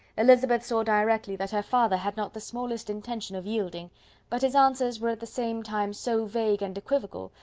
elizabeth saw directly that her father had not the smallest intention of yielding but his answers were at the same time so vague and equivocal,